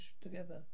together